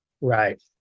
right